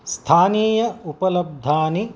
स्थानीय उपलब्धानि